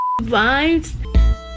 vibes